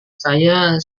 saya